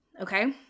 okay